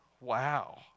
Wow